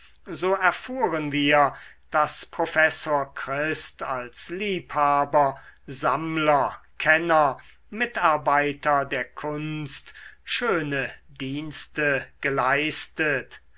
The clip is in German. so erfuhren wir daß professor christ als liebhaber sammler kenner mitarbeiter der kunst schöne dienste geleistet